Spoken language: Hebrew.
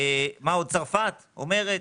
צרפת אומרת,